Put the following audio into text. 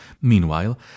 Meanwhile